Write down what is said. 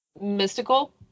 Mystical